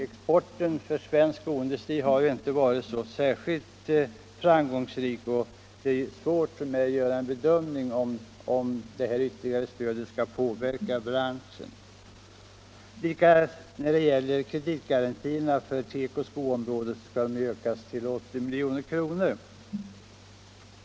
Exporten har inte varit särskilt framgångsrik för svensk skoindustri, och det är svårt för mig att bedöma huruvida det här ytterligare stödet skall påverka branschen. Vidare skall kreditgarantierna till tekooch skoområdet ökas till 80 milj.kr.